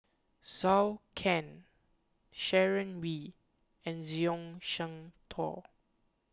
Zhou Can Sharon Wee and Zhuang Shengtao